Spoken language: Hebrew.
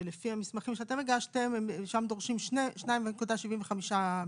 ולפי המסמכים שאתם הגשתם שם דורשים 2.75 מטרים,